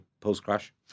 post-crash